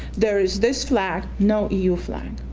there is this flag, no eu flag.